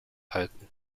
halten